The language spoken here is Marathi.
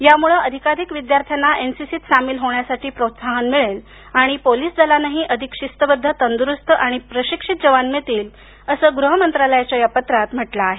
यामुळे अधिकाधिक विद्यार्थ्यांना एनसीसीत सामील होण्यासाठी प्रोत्साहन मिळेल आणि पोलीस दलांनाही अधिक शिस्तबद्ध तंदुरूस्त आणि प्रशिक्षित जवान मिळतील असं गृहमंत्रालयाच्या या पत्रात म्हटलं आहे